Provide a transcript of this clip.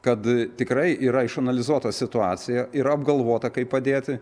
kad tikrai yra išanalizuota situacija yra apgalvota kaip padėti